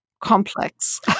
complex